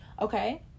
okay